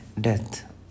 death